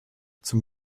zum